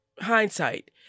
hindsight